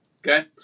okay